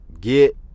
get